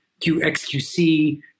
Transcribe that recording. QXQC